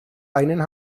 einen